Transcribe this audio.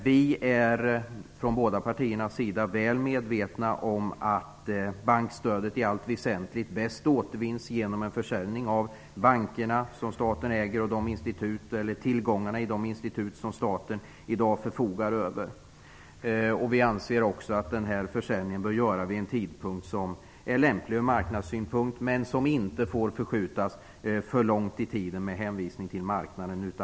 Vi är från båda partierna väl medvetna om att bankstödet i allt väsentligt bäst återvinns genom en försäljning av de banker som staten äger och tillgångarna i de institut som staten i dag förfogar över. Vi anser att försäljningen bör göras vid en tidpunkt som är lämplig ur marknadssynpunkt, men som inte får förskjutas för långt i tiden med hänsyn till marknaden.